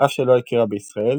אף שלא הכירה בישראל,